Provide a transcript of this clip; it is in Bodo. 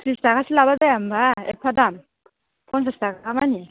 थ्रिस थाखासो लाबा जाया होनबा एफा दाम फन्सास थाखा मानि